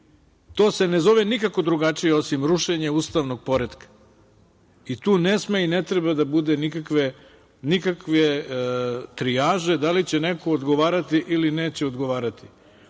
se ne zove nikako drugačije osim rušenje ustavnog poretka i tu ne sme i ne treba da bude nikakve trijaže da li će neko odgovarati ili neće odgovarati. Ja